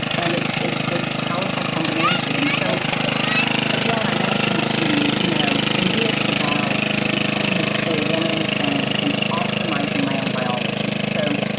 and it's it's this powerful combination. and so again, i mentioned you know for me it's about becoming this whole woman and and optimizing my own biology. so,